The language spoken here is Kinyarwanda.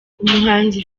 umuhanzi